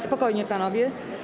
Spokojnie, panowie.